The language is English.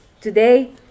Today